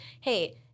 hey